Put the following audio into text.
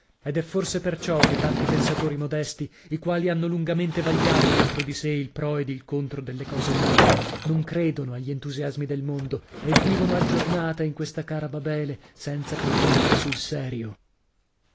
ed è forse perciò che tanti pensatori modesti i quali hanno lungamente vagliato dentro di sè il pro ed il contro delle cose umane non credono agli entusiasmi del mondo e vivono a giornata in questa cara babele senza pigliarla sul serio